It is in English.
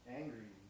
angry